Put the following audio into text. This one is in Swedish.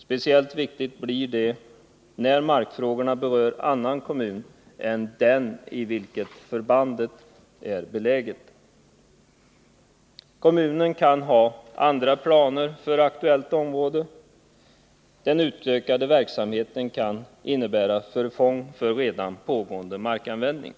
Speciellt viktigt blir detta när markfrågorna berör annan kommun än den i vilken förbandet är beläget. Kommunen kan ha andra planer för aktuellt område. Den utökade verksamheten kan innebära förfång för redan pågående markanvändning.